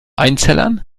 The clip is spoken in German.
einzellern